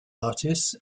artists